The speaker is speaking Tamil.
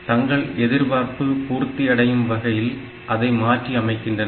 தங்கள் எதிர்பார்ப்பு பூர்த்தி அடையும் வகையில் அதை மாற்றி அமைக்கின்றனர்